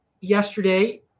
yesterday